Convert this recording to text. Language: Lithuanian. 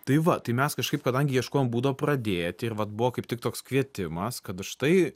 tai va tai mes kažkaip kadangi ieškojom būdo pradėti ir vat buvo kaip tik toks kvietimas kad štai